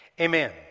Amen